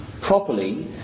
properly